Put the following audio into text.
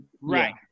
Right